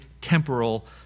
temporal